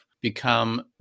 become